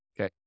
Okay